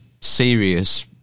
serious